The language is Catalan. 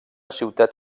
ciutat